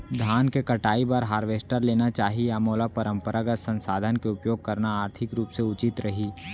धान के कटाई बर हारवेस्टर लेना चाही या मोला परम्परागत संसाधन के उपयोग करना आर्थिक रूप से उचित रही?